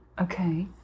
Okay